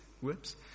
Whoops